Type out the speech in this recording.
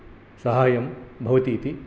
साहायं भवतीति